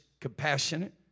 compassionate